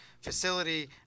facility